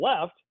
left